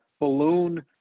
balloon